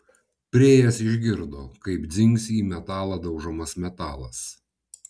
priėjęs išgirdo kaip dzingsi į metalą daužomas metalas